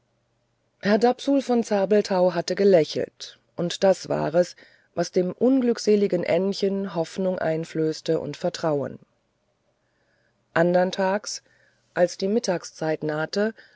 herr dapsul von zabelthau hatte gelächelt und das war es was dem unglückseligen ännchen hoffnung einflößte und vertrauen andern tages als die mittagszeit nahte